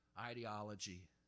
ideology